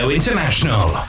International